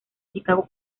chicago